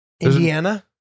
Indiana